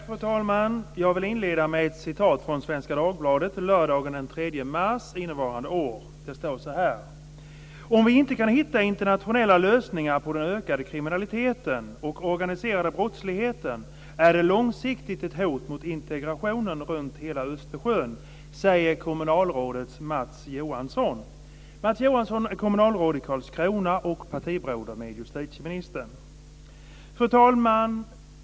Fru talman! Jag vill inleda med ett citat från Svenska Dagbladet lördagen den 3 mars innevarande år: "Om vi inte kan hitta internationella lösningar på den ökade kriminaliteten och organiserade brottsligheten är det långsiktigt ett hot mot integrationen runt hela Östersjön, säger kommunalrådet Mats Johansson." Mats Johansson är kommunalråd i Karlskrona och partibroder med justitieministern. Fru talman!